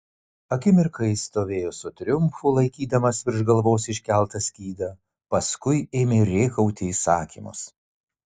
akimirką jis stovėjo su triumfu laikydamas virš galvos iškeltą skydą paskui ėmė rėkauti įsakymus